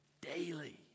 daily